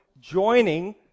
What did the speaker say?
joining